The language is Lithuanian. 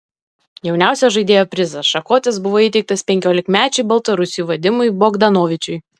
jauniausio žaidėjo prizas šakotis buvo įteiktas penkiolikmečiui baltarusiui vadimui bogdanovičiui